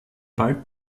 bald